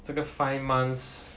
这个 five months